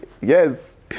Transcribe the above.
Yes